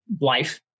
life